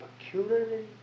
peculiarly